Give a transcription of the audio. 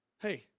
hey